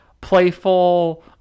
playful